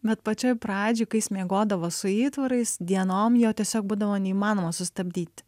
bet pačioj pradžioj kai jis miegodavo su įtvarais dienom jo tiesiog būdavo neįmanoma sustabdyti